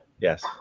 Yes